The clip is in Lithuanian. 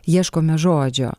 ieškome žodžio